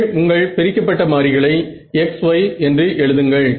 நீங்கள் உங்கள் பிரிக்கப்பட்ட மாறிகளை xy என்று எழுதுங்கள்